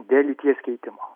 dėl lyties keitimo